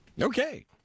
okay